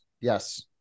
Yes